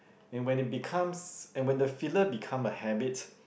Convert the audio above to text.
and when it becomes and when the filler become a habit